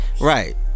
right